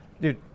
dude